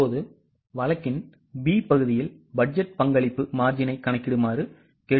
இப்போது வழக்கின் B பகுதியில் பட்ஜெட் பங்களிப்பு marginஐ கணக்கிடுமாறு கேட்டுக் கொள்ளப்பட்டோம்